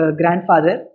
grandfather